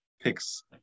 picks